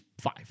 five